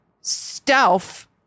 Stealth